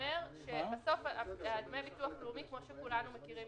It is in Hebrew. שבסוף דמי ביטוח לאומי כמו שכולנו מכירים